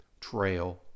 Trail